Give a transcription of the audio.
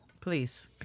please